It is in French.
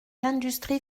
l’industrie